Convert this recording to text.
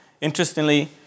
interestingly